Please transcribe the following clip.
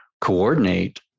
coordinate